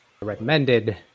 recommended